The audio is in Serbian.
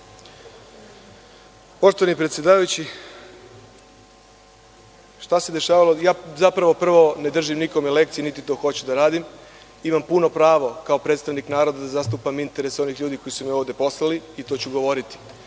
Poštovani predsedavajući, šta se dešavalo, zapravo, ja prvo ne držim nikome lekcije niti to hoću da radim. Imam puno pravo kao predstavnik naroda da zastupam interes onih ljudi koji su me ovde poslali i to ću govoriti.